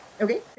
Okay